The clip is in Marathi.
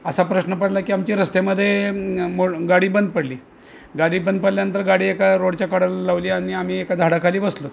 असा प्रश्न पडला की आमची रस्त्यामध्ये मोड गाडी बंद पडली गाडी बंद पडल्यानंतर गाडी एका रोडच्या कडेला लावली आणि आम्ही एका झाडाखाली बसलो